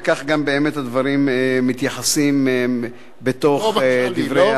וכך גם באמת הדברים מתייחסים בתוך, בדברי